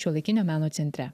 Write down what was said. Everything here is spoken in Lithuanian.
šiuolaikinio meno centre